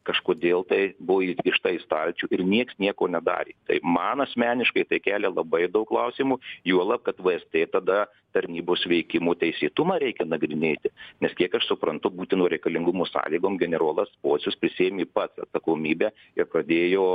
kažkodėl tai buvo įkišta į stalčių ir nieks nieko nedarė tai man asmeniškai tai kelia labai daug klausimų juolab kad vaistai tada tarnybos veikimo teisėtumą reikia nagrinėti nes kiek aš suprantu būtino reikalingumo sąlygom generolas pocius prisiėmė pats atsakomybę ir padėjo